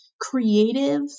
creative